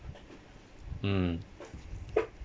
mm